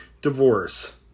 Divorce